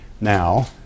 Now